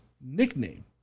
nickname